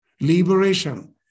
liberation